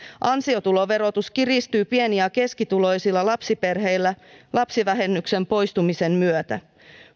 ansiotuloverotus kiristyy pieni ja keskituloisilla lapsiperheillä lapsivähennyksen poistumisen myötä